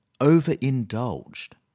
Overindulged